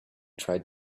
tried